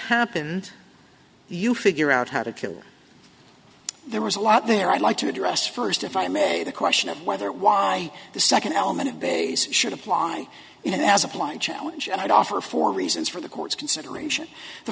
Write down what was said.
happened you figure out how to kill there was a lot there i'd like to address first if i may the question of whether why the second element of base should apply and as applied challenge i'd offer four reasons for the court's consideration the